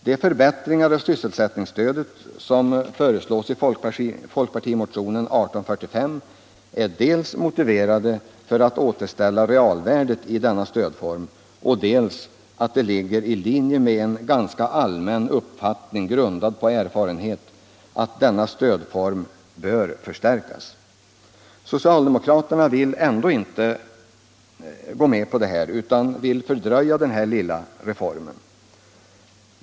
De förbättringar av sysselsättningsstödet som nu föreslås syftar till att återställa realvärdet i denna stödform. De ligger även i linje med en ganska allmän uppfattning, grundad på erfarenhet, att stödformen bör förstärkas. Socialdemokraterna vill ändå inte gå med på förslaget utan vill fördröja denna lilla reform.